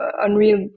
Unreal